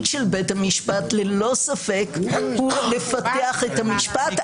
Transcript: בית המשפט ללא ספק הוא לפתח את המשפט,